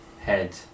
head